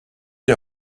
der